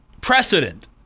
precedent